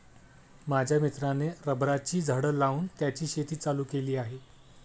माझ्या मित्राने रबराची झाडं लावून त्याची शेती चालू केली आहे